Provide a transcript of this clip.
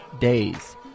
days